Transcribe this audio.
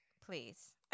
Please